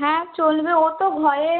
হ্যাঁ চলবে ও তো ঘরে